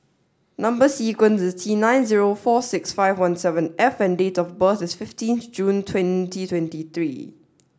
number sequence is T night zero four six five one seven F and date of birth is fifteenth June twenty twenty three